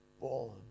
born